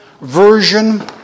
version